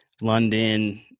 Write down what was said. London